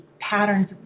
patterns